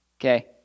Okay